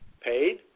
paid